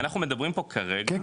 אנחנו מדברים פה כרגע --- כן,